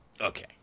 Okay